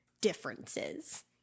differences